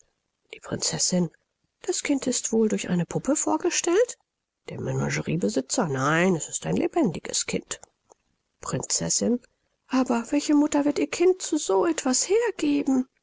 sieht prinzeß das kind ist wohl durch eine puppe vorgestellt menageriebesitzer nein es ist ein lebendiges kind prinzeß aber welche mutter wird ihr kind zu so etwas hergeben